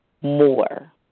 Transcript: more